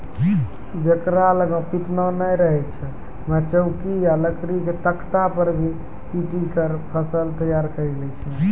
जेकरा लॅ पिटना नाय रहै छै वैं चौकी या लकड़ी के तख्ता पर भी पीटी क फसल तैयार करी लै छै